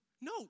no